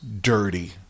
dirty